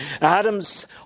Adam's